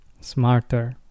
smarter